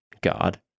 God